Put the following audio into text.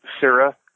Sarah